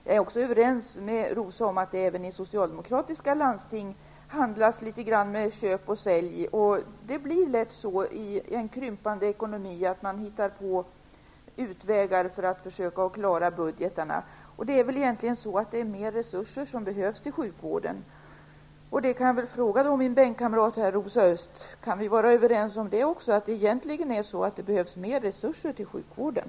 Jag är också överens med Rosa Östh om att det även i socialdemokratiska landsting handlas litet grand med köp och säljsystem. I en krympande ekonomi blir det lätt så att man försöker hitta utvägar för att klara budgeten. Det behövs mera resurser till sjukvården. Jag kan därför fråga min bänkkamrat Rosa Östh om vi också kan vara överens om att det egentligen behövs mera resurser till sjukvården.